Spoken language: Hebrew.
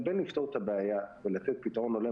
אבל בין לפתור את הבעיה ולתת פתרון הולם